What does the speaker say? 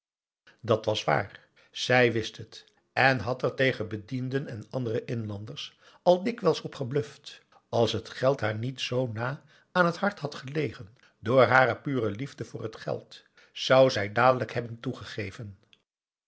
dat was waar zij wist het en had er tegen bedienden en andere inlanders al dikwijls op gebluft als het geld haar niet zoo na aan het hart had gelegen door haar pure liefde voor het geld zou zij dadelijk hebben toegegeven